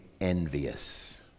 envious